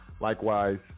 Likewise